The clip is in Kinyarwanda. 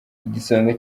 igisonga